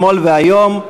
אתמול והיום,